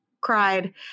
cried